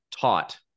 taught